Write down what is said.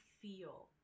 feel